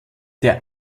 der